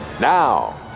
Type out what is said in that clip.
Now